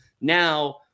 Now